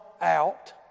out